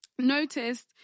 noticed